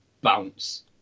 bounce